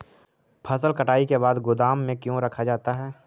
फसल कटाई के बाद गोदाम में क्यों रखा जाता है?